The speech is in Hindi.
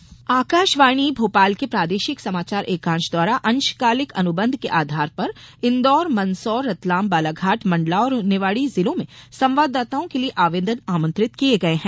अंशकालिक संवाददाता आकाशवाणी भोपाल के प्रादेशिक समाचार एकांश द्वारा अंशकालिक अनुबंध के आधार पर इन्दौर मंदसौर रतलाम बालाघाट मंडला और निवाड़ी जिलों में संवाददाताओं के लिये आवेदन आमंत्रित किये गये हैं